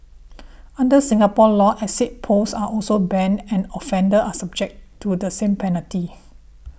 under Singapore law exit polls are also banned and offenders are subject to the same penalty